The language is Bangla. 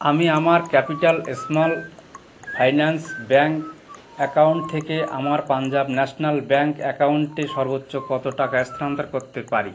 আমি আমার capital small finance bank account থেকে আমার পাঞ্জাব ন্যাশনাল ব্যাঙ্ক অ্যাকাউন্টে সর্বোচ্চ কত টাকা স্থানান্তর করতে পারি